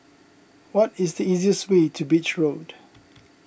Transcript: what is the easiest way to Beach Road